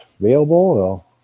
available